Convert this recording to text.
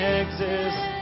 exist